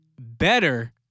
Better